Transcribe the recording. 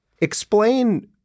Explain